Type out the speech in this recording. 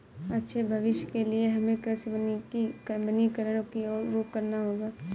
अच्छे भविष्य के लिए हमें कृषि वानिकी वनीकरण की और रुख करना होगा